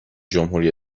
جمهوری